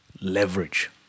leverage